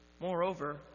Moreover